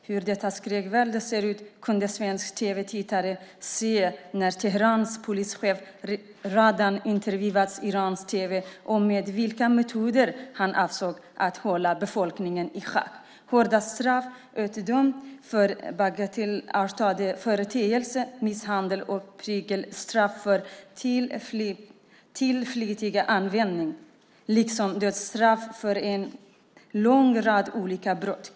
Hur detta skräckvälde ser ut kunde svenska tv-tittare se när Teherans polischef Radan intervjuades i iransk tv om med vilka metoder han avsåg att hålla befolkningen i schack. Hårda straff utdöms för bagatellartade förseelser. Misshandel och prygelstraff kommer till flitig användning liksom dödsstraff för en lång rad olika brott.